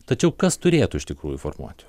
tačiau kas turėtų iš tikrųjų formuoti